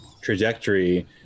trajectory